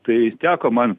tai teko man